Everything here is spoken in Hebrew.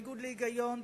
בניגוד להיגיון,